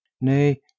Nay